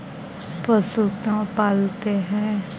पशु क्यों पालते हैं?